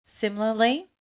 Similarly